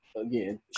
again